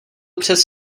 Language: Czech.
přes